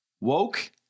Woke